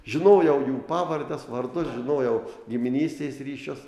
žinojau jų pavardes vardus žinojau giminystės ryšius